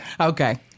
Okay